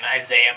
Isaiah